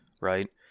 right